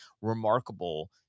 remarkable